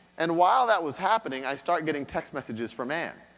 and while that was happening, i started getting text messages from ann,